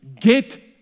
Get